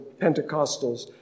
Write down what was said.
Pentecostals